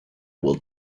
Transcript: will